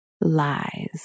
lies